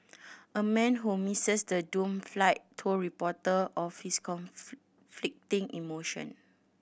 a man who the doomed flight told reporter of his emotion